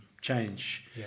change